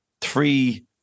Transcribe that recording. three